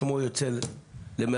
שמו יוצא למרחוק.